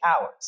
hours